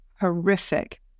horrific